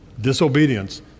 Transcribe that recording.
disobedience